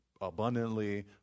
abundantly